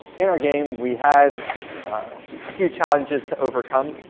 in our game, we had a few challenges to overcome.